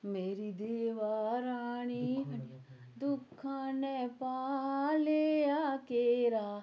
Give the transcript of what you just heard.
मेरी देवा रानी दुक्खां ने पा लेआ घेरा